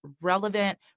relevant